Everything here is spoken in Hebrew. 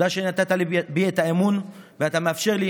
תודה שנתת בי את האמון ואתה מאפשר לי